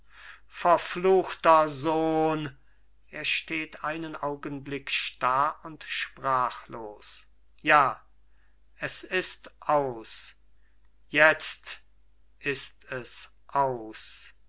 verfluchter sohn er steht einen augenblick starr und sprachlos ja es ist aus jetzt ist es aus